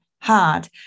hard